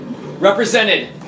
represented